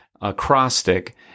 acrostic